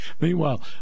Meanwhile